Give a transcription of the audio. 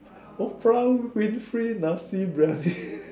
Oprah-Winfrey Nasi-Biryani